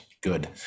good